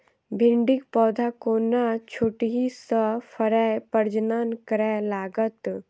भिंडीक पौधा कोना छोटहि सँ फरय प्रजनन करै लागत?